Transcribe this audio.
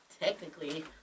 technically